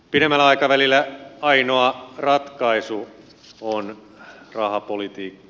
pidemmällä aikavälillä ainoa ratkaisu on rahapolitiikka